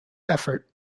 effort